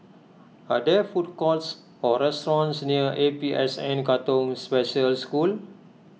are there food courts or restaurants near A P S N Katong Special School